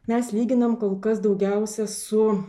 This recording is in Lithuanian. mes lyginam kol kas daugiausia su